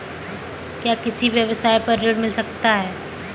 क्या किसी व्यवसाय पर ऋण मिल सकता है?